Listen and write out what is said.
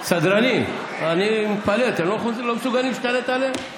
סדרנים, אני מתפלא, אתם לא מסוגלים להשתלט עליהם?